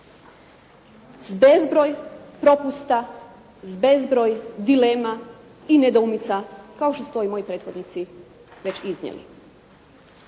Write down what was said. sa bezbroj propusta, sa bezbroj dilema i nedoumica kao što su to i moji prethodnici već iznijeli.